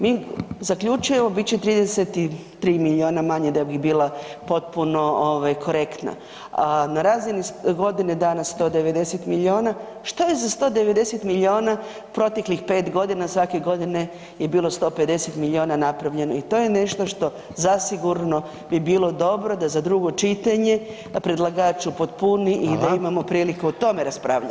Mi zaključujemo bit će 33 milijuna manje da bi bilo potpuno korektna, na razini godine dana 190 milijuna, što je za 190 milijuna proteklih pet godina svake godine je bilo 150 milijuna napravljeno i to je nešto što zasigurno bi bilo dobro da za drugo čitanje predlagač upotpuni i da imamo priliku o tome raspravljati.